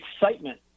excitement